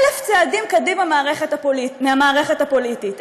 אלף צעדים קדימה מהמערכת הפוליטית.